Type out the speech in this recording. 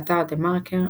באתר TheMarker,